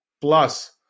plus